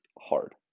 hard